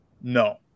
No